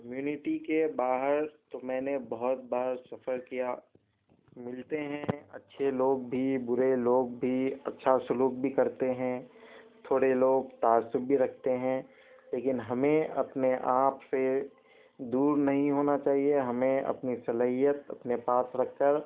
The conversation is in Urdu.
کمیونیٹی کے باہر تو میں نے بہت بار سفر کیا ملتے ہیں اچھے لوگ بھی برے لوگ بھی اچھا سلوک بھی کرتے ہیں تھوڑے لوگ تعصب بھی رکھتے ہیں لیکن ہمیں اپنے آپ سے دور نہیں ہونا چاہیے ہمیں اپنی صلاحیت اپنے پاس رکھ کر